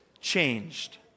changed